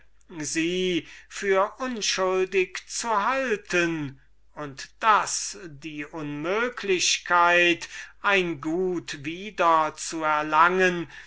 sie für unschuldig zu halten und daß die unmöglichkeit ein gut wieder zu erlangen